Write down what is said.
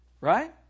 Right